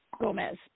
Gomez